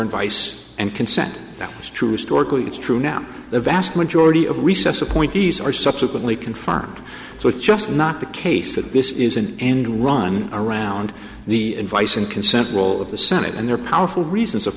advice and consent that is true historically it's true now the vast majority of recess appointees are subsequently confirmed so it's just not the case that this is an end run around the advice and consent role of the senate and they're powerful reasons of